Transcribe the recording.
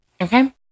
Okay